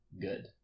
good